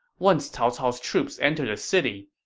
once cao cao's troops enter the city,